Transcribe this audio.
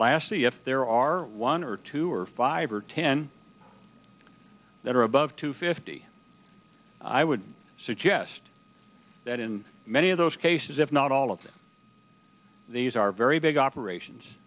lastly if there are one or two or five or ten that are above to fifty i would suggest that in many of those cases if not all of these are very big operations